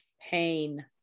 Pain